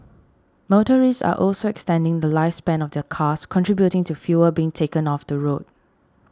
motorists are also extending the lifespan of their cars contributing to fewer being taken off the road